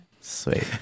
sweet